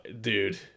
dude